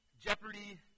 Jeopardy